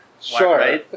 Sure